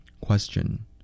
Question